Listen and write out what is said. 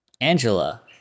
Angela